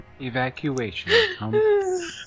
evacuation